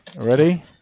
Ready